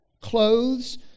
clothes